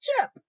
Chip